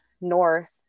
north